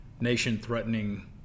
nation-threatening